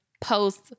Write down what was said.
Post